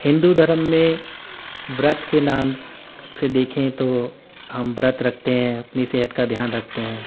ہندو دھرم میں ورت کے نام سے دیکھیں تو ہم ورت رکھتے ہیں اپنی صحت کا دھیان رکھتے ہیں